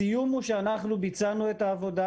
הסיום הוא שאנחנו ביצענו את העבודה.